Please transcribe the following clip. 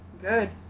Good